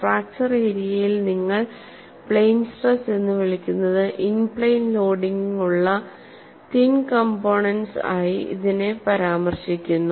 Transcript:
fracture ഏരിയയിൽ നിങ്ങൾ plane stress എന്ന് വിളിക്കുന്നത് ഇൻ പ്ലെയിൻ ലോഡിംഗുള്ള തിൻ കോംപോണേന്റ്സ് ആയി ഇതിനെ പരാമർശിക്കുന്നു